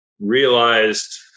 realized